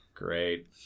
great